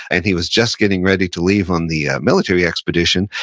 and he was just getting ready to leave on the military expedition,